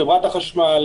חברת החשמל,